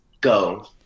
go